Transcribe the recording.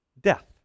death